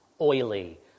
oily